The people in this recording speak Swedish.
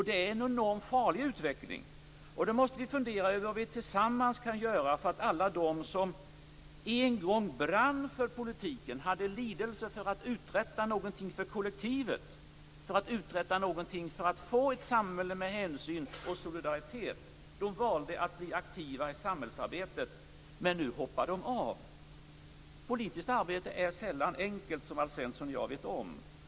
Det är en enormt farlig utveckling. Vi måste fundera över vad vi tillsammans kan göra för att förhindra att alla de som en gång brann för politiken och kände en lidelse när det gällde att uträtta någonting för kollektivet och arbeta för ett samhälle med hänsyn och solidaritet - de som valde att bli aktiva i samhällslivet - nu hoppar av. Politiskt arbete är sällan enkelt, som Alf Svensson och jag vet om.